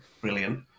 brilliant